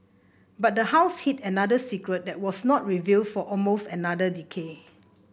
but the house hid another secret that was not revealed for almost another decade